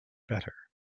better